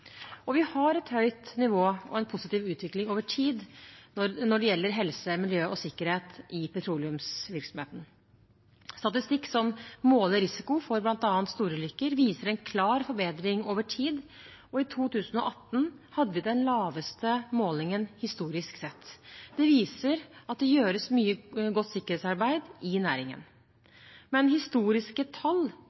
ambisjonen. Vi har et høyt nivå og en positiv utvikling over tid når det gjelder helse, miljø og sikkerhet i petroleumsvirksomheten. Statistikk som måler risiko for bl.a. storulykker, viser en klar forbedring over tid, og i 2018 hadde vi den laveste målingen historisk sett. Det viser at det gjøres mye godt sikkerhetsarbeid i næringen. Men historiske tall